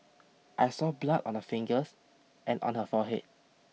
I saw blood on her fingers and on her forehead